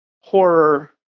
horror